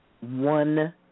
one